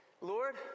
Lord